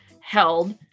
held